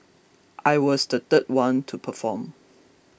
I was the third one to perform